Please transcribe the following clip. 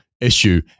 issue